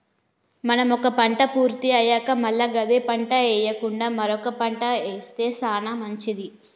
మనం ఒక పంట పూర్తి అయ్యాక మల్ల గదే పంట ఎయ్యకుండా మరొక పంట ఏస్తె సానా మంచిది